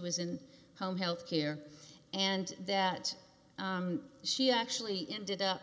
was in home health care and that she actually ended up